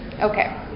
Okay